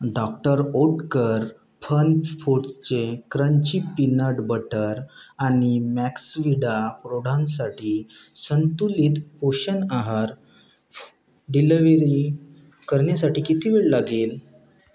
doctor Oetker fun फूडचे crunchy peanut butter आणि मॅक्सविडा प्रौढांसाठी संतुलित पोषण आहार फू डिलवरी करण्यासाठी किती वेळ लागेल